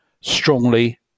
strongly